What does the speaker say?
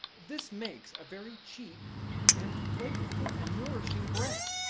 this makes a very cheap and flavorful and nourishing bread.